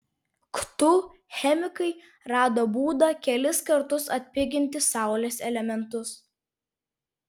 ktu chemikai rado būdą kelis kartus atpiginti saulės elementus